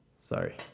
Sorry